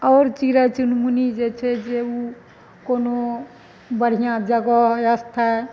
आओर चिड़ै चुनमुनी छै जे ओ कोनो बढ़िआँ जगह स्थान